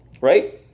Right